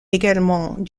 également